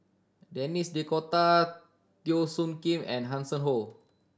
Denis D'Cotta Teo Soon Kim and Hanson Ho